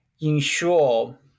ensure